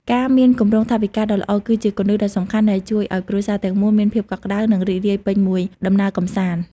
ការមានគម្រោងថវិកាដ៏ល្អ គឺជាគន្លឹះដ៏សំខាន់ដែលជួយឱ្យគ្រួសារទាំងមូលមានភាពកក់ក្តៅ និងរីករាយពេញមួយដំណើរកម្សាន្ត។